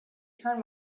turn